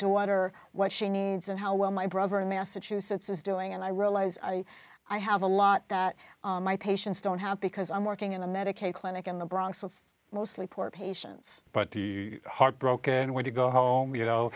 daughter what she needs and how well my brother in massachusetts is doing and i realize i have a lot that my patients don't have because i'm working in the medicaid clinic in the bronx with mostly poor patients but the heartbroken when you go home you know